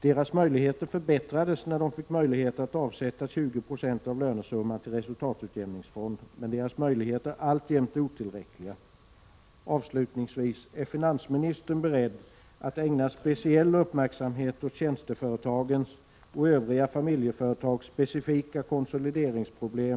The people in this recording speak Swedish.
Deras möjligheter förbättrades när de fick tillstånd att avsätta 20 26 av lönesumman till resultatutjämningsfond, men deras möjligheter är alltjämt otillräckliga. Avslutningsvis vill jag fråga om finansministern inför framtidens skatteutjämningar är beredd att ägna speciell uppmärksamhet åt tjänsteföretagens och övriga familjeföretags specifika konsolideringsproblem.